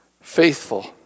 faithful